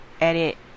edit